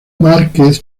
márquez